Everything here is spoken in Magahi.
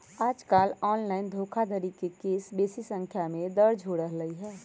याजकाल ऑनलाइन धोखाधड़ी के केस बेशी संख्या में दर्ज हो रहल हइ